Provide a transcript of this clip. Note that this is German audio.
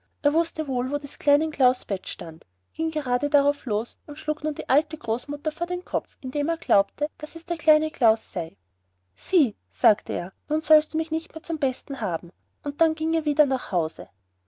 er wußte wohl wo des kleinen klaus bett stand ging gerade darauf los und schlug nun die alte großmutter vor den kopf indem er glaubte daß es der kleine klaus sei sieh sagte er nun sollst du mich nicht mehr zum besten haben und dann ging er wieder nach hause